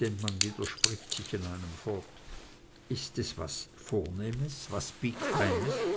denn man widerspricht sich in einem fort ist es was vornehmes was pikfeines